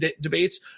debates